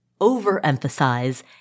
overemphasize